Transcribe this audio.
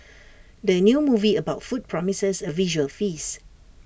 the new movie about food promises A visual feast